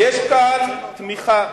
יש כאן תמיכה